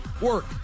Work